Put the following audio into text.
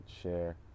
share